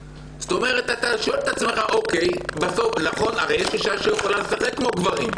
הרי יש אישה שיכולה לשחק כמו גברים,